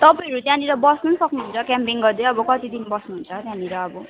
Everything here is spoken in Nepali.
तपाईँहरू त्यहाँनिर बस्नु नि सक्नुहुन्छ क्याम्पिङ गर्दै अब कति दिन बस्नुहुन्छ त्यहाँनिर अब